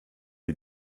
die